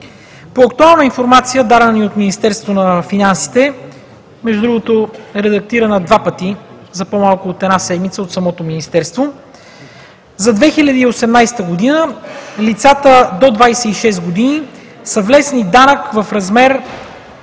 По актуална информация, дадена ни от Министерството на финансите, за 2018 г., между другото, редактирана два пъти за по-малко от една седмица от самото Министерство, лицата до 26 години са внесли данък в размер